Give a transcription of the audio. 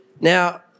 Now